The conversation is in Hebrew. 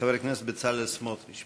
חבר הכנסת בצלאל סמוטריץ.